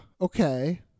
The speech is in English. Okay